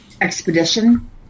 expedition